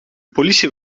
politie